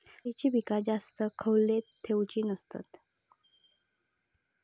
खयली पीका जास्त वेळ खोल्येत ठेवूचे नसतत?